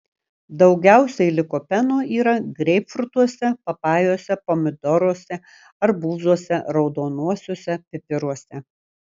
daugiausiai likopeno yra greipfrutuose papajose pomidoruose arbūzuose raudonuosiuose pipiruose